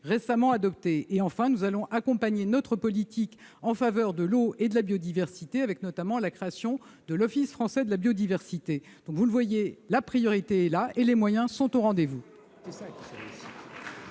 récemment adoptée. Enfin, nous allons accompagner notre politique en faveur de l'eau et de la biodiversité avec, notamment, la création de l'Office français de la biodiversité. Vous le voyez, la priorité est là et les moyens sont au rendez-vous